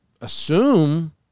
assume